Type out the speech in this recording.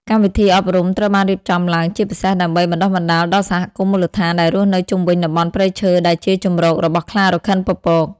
កម្មវិធីអប់រំត្រូវបានរៀបចំឡើងជាពិសេសដើម្បី បណ្ដុះបណ្ដាលដល់សហគមន៍មូលដ្ឋាន ដែលរស់នៅជុំវិញតំបន់ព្រៃឈើដែលជាជម្រករបស់ខ្លារខិនពពក។